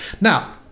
now